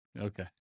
Okay